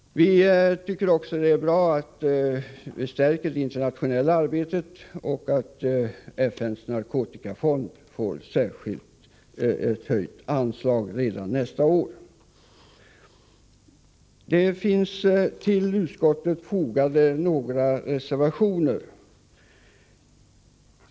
Vi tycker också att det är bra att det internationella arbetet stärks och att FN:s narkotikafond får ett höjt anslag redan nästa år. Till utskottsbetänkandet har fogats några reservationer.